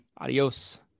adios